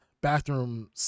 bathroom